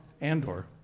Andor